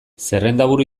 zerrendaburu